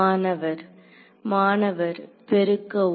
மாணவர் மாணவர்பெருக்கவும்